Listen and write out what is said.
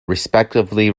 respectively